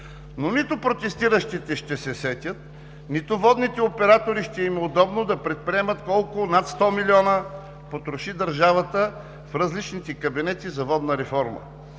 Но нито протестиращите ще се сетят, нито на водните оператори ще им е удобно да предприемат, колко – над 100 милиона, потроши държавата в различните кабинети за водна реформа,